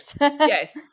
Yes